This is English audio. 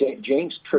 James